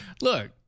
look